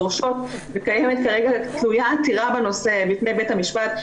וכרגע תלויה עתירה בנושא בפני בית המשפט.